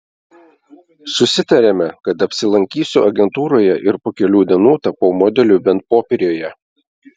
susitarėme kad apsilankysiu agentūroje ir po kelių dienų tapau modeliu bent popieriuje